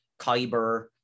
Kyber